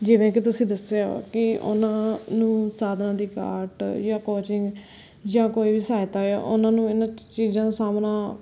ਜਿਵੇਂ ਕਿ ਤੁਸੀਂ ਦੱਸਿਆ ਕਿ ਉਨ੍ਹਾਂ ਨੂੰ ਸਾਧਨਾਂ ਦੀ ਘਾਟ ਜਾਂ ਕੋਚਿੰਗ ਜਾਂ ਕੋਈ ਵੀ ਸਹਾਇਤਾ ਆ ਉਨ੍ਹਾਂ ਨੂੰ ਇਨ੍ਹਾਂ ਚੀਜ਼ਾਂ ਦਾ ਸਾਹਮਣਾ